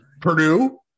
Purdue